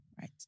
Right